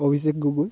Abhishek Gogoi